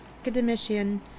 Academician